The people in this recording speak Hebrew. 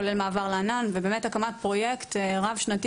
כולל מעבר לענן והקמת פרויקט רב-שנתי